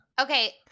Okay